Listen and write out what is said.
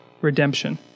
redemption